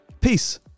Peace